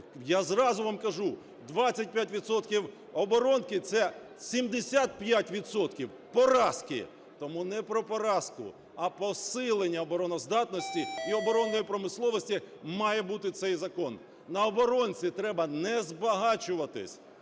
Я зразу вам кажу, 25 відсотків оборонки – це 75 відсотків поразки. Тому не про поразку, а посилення обороноздатності і оборонної промисловості має бути цей закон. На оборонці треба не збагачуватись,